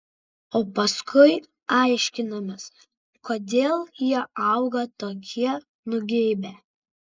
o paskui aiškinamės kodėl jie auga tokie nugeibę